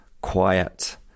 quiet